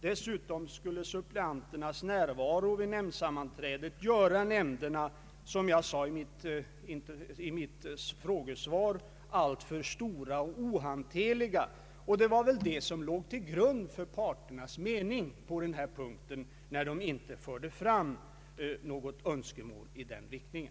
Dessutom skulle suppleanternas närvaro vid nämndsammanträden, som jag påpekade i mitt frågesvar, göra nämnderna alltför stora och ohanterliga. Det var väl det som låg till grund för parternas mening på denna punkt, eftersom de inte förde fram något önskemål i den riktningen.